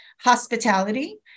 hospitality